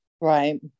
Right